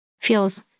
feels